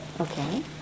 Okay